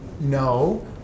No